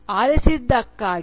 ಆಲಿಸಿದ್ದಕ್ಕಾಗಿ